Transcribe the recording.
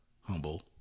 Humble